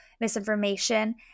misinformation